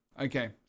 Okay